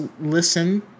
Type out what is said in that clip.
listen